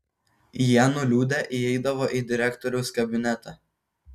jie nuliūdę įeidavo į direktoriaus kabinetą